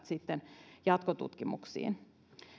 sitten jatkotutkimuksiin